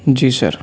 جی سر